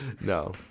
No